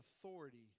authority